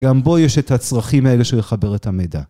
גם בו יש את הצרכים האלה של לחבר את המידע.